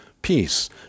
Peace